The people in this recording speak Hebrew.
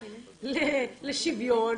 לשוויון,